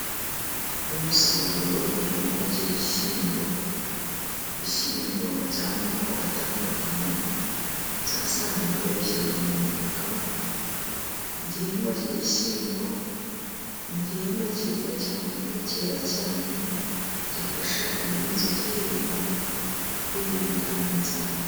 Umusaruro w'igihingwa cy'igishyimbo, ibishyimbo by'amoko atandukanye byasaruwe bishyirwa mu mifuka. Igihingwa cy'igishyimbo ni igihingwa cyiza cyane, cyera cyane gifasha umuhinzi ugihinga kwirinda inzara.